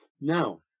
now